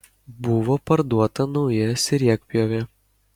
buvo parduota nauja sriegpjovė